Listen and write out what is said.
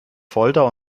folter